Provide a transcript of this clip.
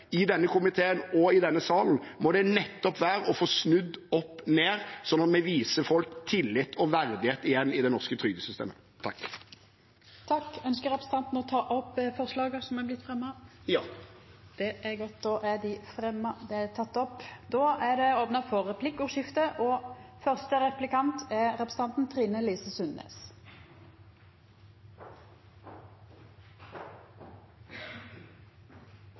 i denne komiteen og i denne salen, må det nettopp være å få snudd opp ned på dette, slik at vi viser folk tillit og verdighet igjen i det norske trygdesystemet. Jeg tar opp forslagene fra Rødt. Representanten Mímir Kristjánsson har teke opp dei forslaga